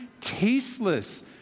tasteless